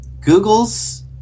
Google's